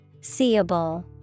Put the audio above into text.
Seeable